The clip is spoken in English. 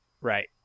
Right